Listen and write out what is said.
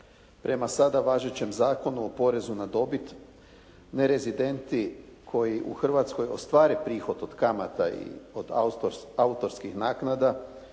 prema sada važećem Zakonu o porezu na dobit, nerezidenti koji u Hrvatskoj ostvare prihod od kamata i od autorskih naknada